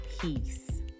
peace